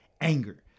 anger